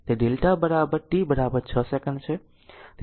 તેથી delta t 6 second છે